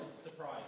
Surprise